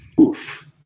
Oof